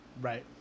Right